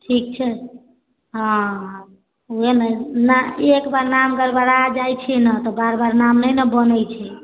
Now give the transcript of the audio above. ठीक छै हँ ओहे न एकबार नाम गड़बड़ा जाइ छै न तऽ बार बार नाम ने ने बनै छै